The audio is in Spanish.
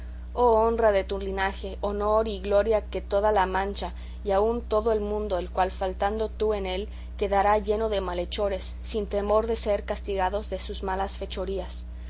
honra de tu linaje honor y gloria de toda la mancha y aun de todo el mundo el cual faltando tú en él quedará lleno de malhechores sin temor de ser castigados de sus malas fechorías